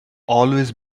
always